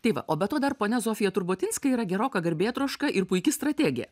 tai va o be to dar ponia zofija turbotinska yra geroka garbėtroška ir puiki strategė